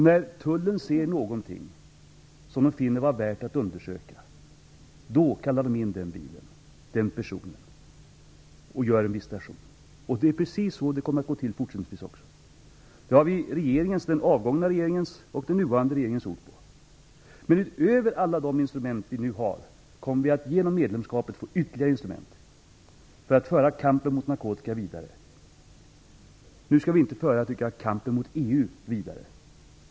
När Tullen ser något som den finner vara värt att undersöka, då kallar man i den bilen eller den personen och gör en visitation. Det är precis så det kommer att gå till fortsättningsvis också. Det har vi den avgångna regeringens och den nuvarande regeringens ord på. Men utöver alla de instrument vi nu har kommer vi att genom medlemskapet få ytterligare instrument för att föra kampen mot narkotika vidare. Nu skall vi, tycker jag, inte föra kampen mot EU vidare.